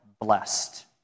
blessed